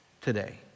today